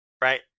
right